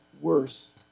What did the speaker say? worse